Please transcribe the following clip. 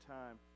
time